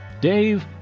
Dave